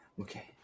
Okay